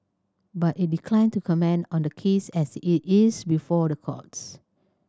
but it declined to comment on the case as it is before the courts